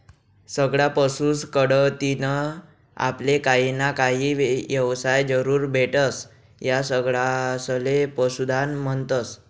सगळा पशुस कढतीन आपले काहीना काही येवसाय जरूर भेटस, या सगळासले पशुधन म्हन्तस